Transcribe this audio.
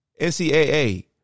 NCAA